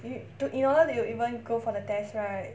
you to in order to even go for the test right